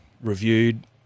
reviewed